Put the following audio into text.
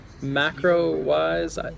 macro-wise